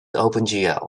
opengl